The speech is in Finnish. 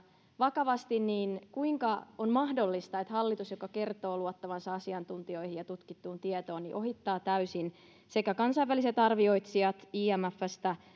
vakavasti kuinka on mahdollista että hallitus joka kertoo luottavansa asiantuntijoihin ja tutkittuun tietoon ohittaa täysin sekä kansainväliset arvioitsijat imfstä